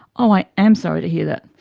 um i am sorry to hear that.